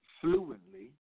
fluently